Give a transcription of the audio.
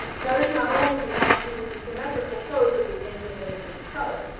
notice not only the absolutely symmetrical pose of the angel that interests kelly,